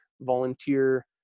volunteer